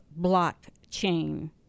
blockchain